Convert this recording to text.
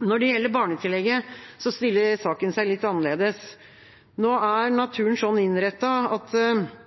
Når det gjelder barnetillegget, stiller saken seg litt annerledes. Nå er naturen sånn innrettet at